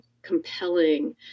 compelling